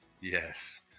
Yes